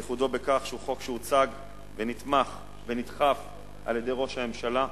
ייחודו בכך שהוא חוק שהוצג ונתמך ונדחף על-ידי ראש הממשלה.